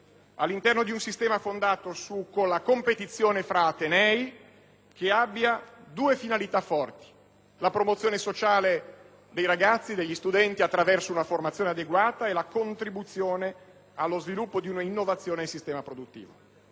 all'interno di un sistema fondato sulla competizione tra atenei che abbia due grandi finalità: la promozione sociale degli studenti attraverso una formazione adeguata e la contribuzione allo sviluppo di una innovazione del sistema produttivo.